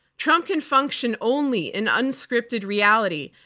trump can function only in unscripted reality,